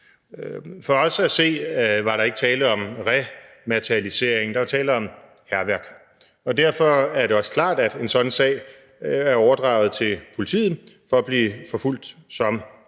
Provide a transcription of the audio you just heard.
For os at se var der ikke tale om rematerialisering. Der var tale om hærværk. Derfor er det også klart, at en sådan sag er overdraget til politiet for at blive forfulgt som hærværk.